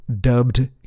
dubbed